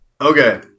Okay